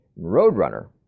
Roadrunner